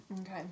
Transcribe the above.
Okay